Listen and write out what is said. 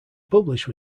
published